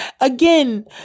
again